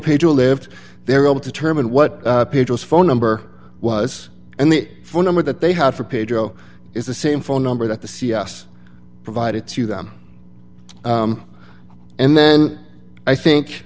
to lived there all determine what page was phone number was and the phone number that they had for pedro is the same phone number that the c s provided to them and then i think